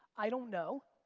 i don't know